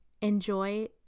enjoy